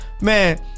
man